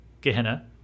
Gehenna